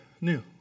new